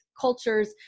cultures